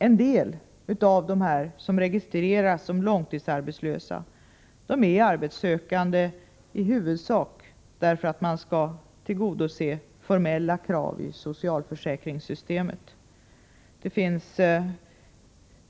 En del av dem som registreras som långtidsarbetslösa är också arbetssökande i huvudsak därför att formella krav i socialförsäkringssystemet skall tillgodoses.